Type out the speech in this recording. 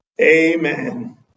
Amen